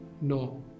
No